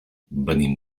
venim